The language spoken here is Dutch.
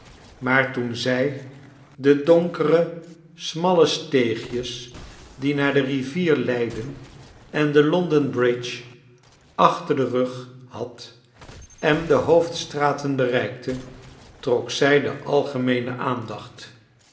maa-r teen zij de donkere smalle steegjes die naar de rivier leidden en de london bridge achter den rug had en de hoofdstraten bereikte trok zij de algemeene aandacht